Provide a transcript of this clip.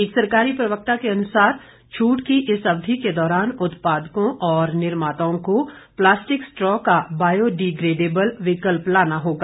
एक सरकारी प्रवक्ता के अनुसार छूट की इस अवधि के दौरान उत्पादकों और निर्माताओं को प्लास्टिक स्ट्रा का बायो डिग्रेडेबल विकल्प लाना होगा